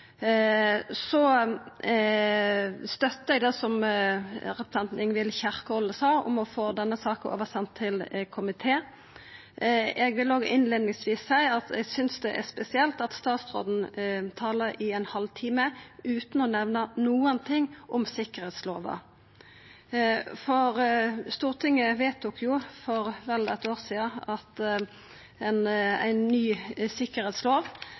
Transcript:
støttar det som representanten Ingvild Kjerkol sa om å få denne saka send over til komité. Eg vil innleiingsvis seia at eg synest det er spesielt at statsråden tala i ein halvtime utan å nemna noko om sikkerheitslova. Stortinget vedtok for vel eit år sidan ei ny sikkerheitslov,